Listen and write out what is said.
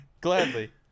Gladly